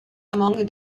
among